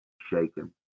shaken